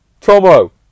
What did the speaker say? Tomo